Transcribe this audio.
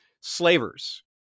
slavers